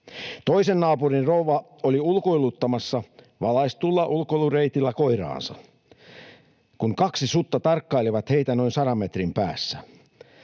Toisen naapurin rouva oli ulkoiluttamassa valaistulla ulkoilureitillä koiraansa, kun kaksi sutta tarkkaili heitä noin sadan metrin päässä.